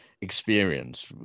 experience